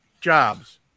jobs